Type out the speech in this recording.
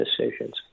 decisions